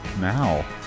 now